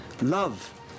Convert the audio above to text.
love